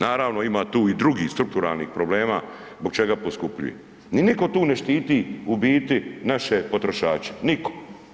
Naravno ima tu i drugih strukturalnih problema zbog čega poskupljuje, ni nitko tu ne štiti u biti naše potrošače, nitko.